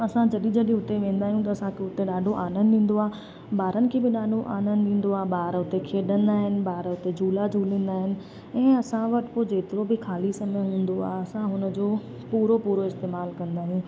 असां जॾहिं जॾहिं उते वेंदा आहियूं त असांखे उते ॾाढो आनंदु ईंदो आहे ॿारनि खे बि ॾाढो आनंदु ईंदो आहे ॿार उते खेॾंदा आहिनि ॿार उते झूला झूलींदा आहिनि ऐं असां वटि पोइ जेतिरो बि खाली समय हूंदो आहे असां हुन जो पूरो पूरो इस्तेमालु कंदा आहियूं